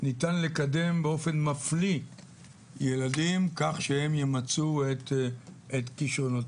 ניתן לקדם באופן מפליא ילדים כך שהם ימצו את כישרונותיהם,